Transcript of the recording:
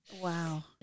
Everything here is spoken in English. Wow